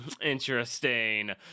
interesting